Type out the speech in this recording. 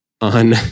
on